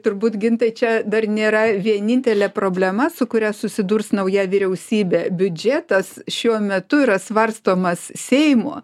turbūt gintai čia dar nėra vienintelė problema su kuria susidurs nauja vyriausybė biudžetas šiuo metu yra svarstomas seimo